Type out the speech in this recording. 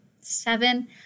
Seven